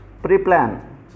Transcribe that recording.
pre-plan